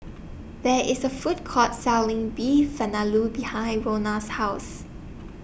There IS A Food Court Selling Beef Vindaloo behind Rhona's House